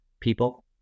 people